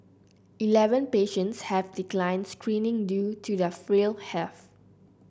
eleven patients have declined screening due to their frail health